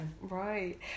Right